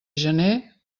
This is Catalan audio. gener